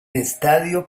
estadio